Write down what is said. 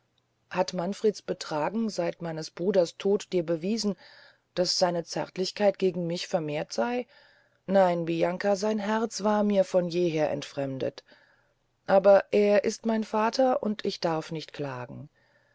hat manfreds betragen seit meines bruders tod dir bewiesen daß seine zärtlichkeit gegen mich vermehrt sey nein bianca sein herz war mir von jeher entfremdet aber er ist mein vater ich darf nicht klagen